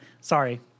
Sorry